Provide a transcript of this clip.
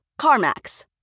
CarMax